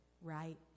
right